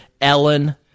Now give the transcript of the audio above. Ellen